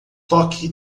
toque